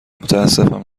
متاسفم